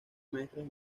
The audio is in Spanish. maestras